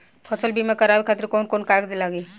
फसल बीमा करावे खातिर कवन कवन कागज लगी?